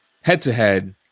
head-to-head